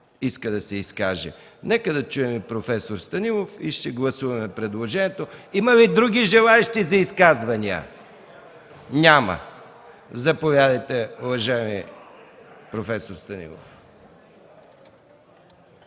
иска да се изкаже. Нека да чуем и проф. Станилов и ще гласуваме предложението. Има ли други желаещи за изказвания? Няма. Заповядайте, уважаеми проф. Станилов.